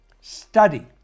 Study